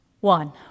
one